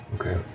Okay